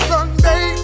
Sunday